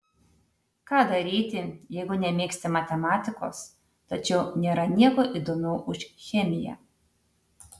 ką daryti jeigu nemėgsti matematikos tačiau nėra nieko įdomiau už chemiją